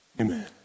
amen